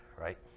right